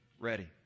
ready